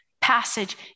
passage